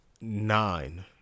nine